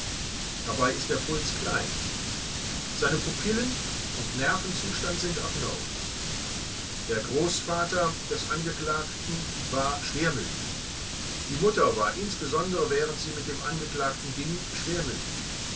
dabei ist der puls klein seine pupillen und nervenzustand sind abnorm der großvater des angeklagten war schwermütig die mutter war insbesondere während sie mit dem angeklagten ging schwermütig